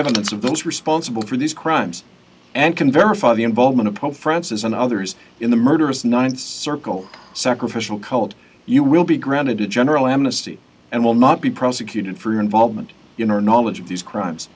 evidence of those responsible for these crimes and can verify the involvement of pope francis and others in the murderous ninth's circle sacrificial cult you will be granted a general amnesty and will not be prosecuted for involvement in or knowledge of these crimes